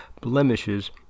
blemishes